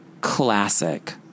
Classic